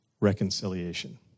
reconciliation